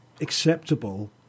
acceptable